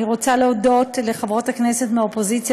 אני רוצה להודות לחברות הכנסת מהאופוזיציה